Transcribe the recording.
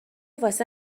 واسه